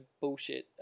bullshit